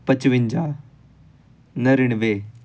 ਪਚਵਿੰਜਾ ਨੜ੍ਹਿਨਵੇਂ